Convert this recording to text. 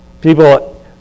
People